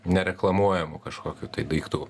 nereklamuojamų kažkokių tai daiktų